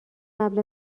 قبل